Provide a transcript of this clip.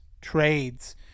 trades